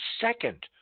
second